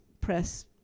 press